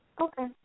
Okay